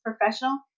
professional